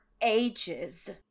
ages